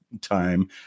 time